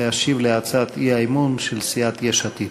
להשיב על הצעת האי-אמון של סיעת יש עתיד.